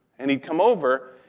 and he'd come over,